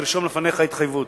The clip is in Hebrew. תרשום לפניך התחייבות,